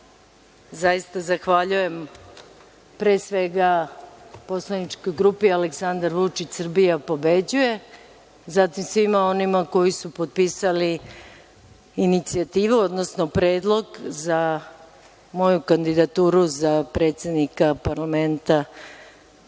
zaista zahvaljujem, pre svega Poslaničkoj grupi „Aleksandar Vučić – Srbija pobeđuje“, zatim svima onima koji su potpisali inicijativu, odnosno predlog za moju kandidaturu za predsednika parlamenta